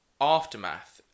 aftermath